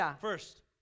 first